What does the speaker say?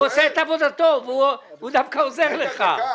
הוא עושה את עבודתו, והוא דווקא עוזר לך.